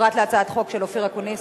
פרט להצעת החוק של אופיר אקוניס,